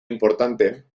importante